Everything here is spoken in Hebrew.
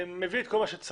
מביא את כל מה שצריך,